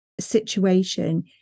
situation